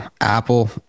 Apple